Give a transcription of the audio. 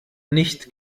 nicht